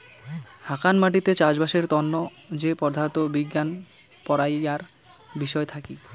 হাকান মাটিতে চাষবাসের তন্ন যে পদার্থ বিজ্ঞান পড়াইয়ার বিষয় থাকি